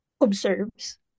observes